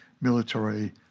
military